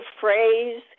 phrase